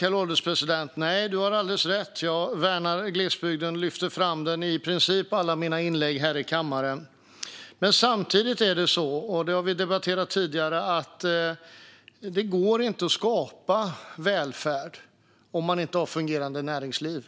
Herr ålderspresident! Nej, Jens Holm har alldeles rätt. Jag värnar glesbygden och lyfter fram den i princip i alla mina inlägg här i kammaren. Samtidigt är det så, och det har vi debatterat tidigare, att det inte går att skapa välfärd om man inte har ett fungerande näringsliv.